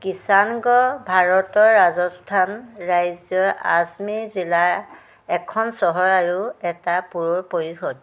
কিষানগড় ভাৰতৰ ৰাজস্থান ৰাজ্যৰ আজমেৰ জিলাৰ এখন চহৰ আৰু এটা পৌৰ পৰিষদ